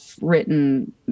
written